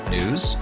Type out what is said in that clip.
News